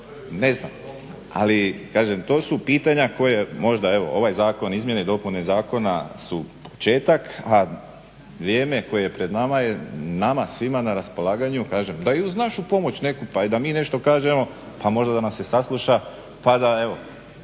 ne znam. Ali kažem to su pitanja koja možda evo ovaj zakon, izmjene i dopune zakona su početak a vrijeme koje je pred nama je nama svima na raspolaganju kažem da i uz našu pomoć neku pa i da mi nešto kažemo, pa možda da nas se sasluša pa da evo